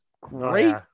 great